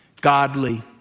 godly